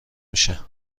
میشه